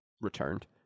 returned